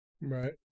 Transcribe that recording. Right